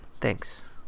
thanks